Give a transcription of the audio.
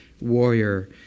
warrior